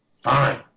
fine